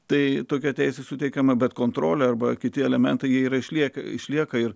tai tokia teisė suteikiama bet kontrolė arba kiti elementai yra išlieka išlieka ir